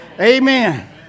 Amen